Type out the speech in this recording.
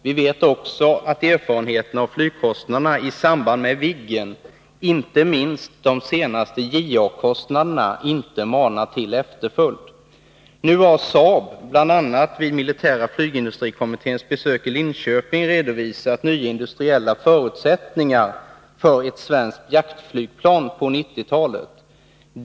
Vi vet också att erfarenheterna av flygkostnaderna i samband med Viggen, inte minst de senaste JA-kontrakten, inte manar till efterföljd. Nu har SAAB bl.a. vid Militära flygindustrikommitténs besök i Linköping redovisat nya industriella förutsättningar för ett svenskt jaktflygplan på 90-talet.